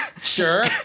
Sure